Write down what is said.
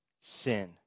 sin